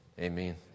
Amen